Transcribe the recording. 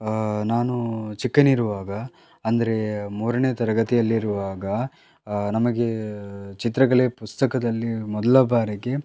ನಾನು ಚಿಕ್ಕವನಿರುವಾಗ ಅಂದರೆ ಮೂರನೇ ತರಗತಿಯಲ್ಲಿರುವಾಗ ನಮಗೆ ಚಿತ್ರಕಲೆ ಪುಸ್ತಕದಲ್ಲಿ ಮೊದಲ ಬಾರಿಗೆ